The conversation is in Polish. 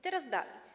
Teraz dalej.